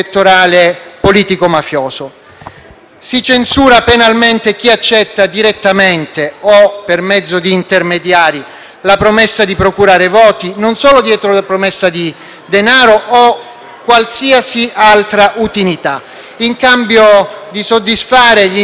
Si censura penalmente chi accetta, direttamente o per mezzo di intermediari, la promessa di procurare voti, non solo dietro la promessa di denaro o di qualsiasi altra utilità, in cambio della soddisfazione degli interessi o delle esigenze dell'associazione mafiosa.